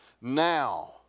Now